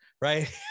right